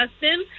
Justin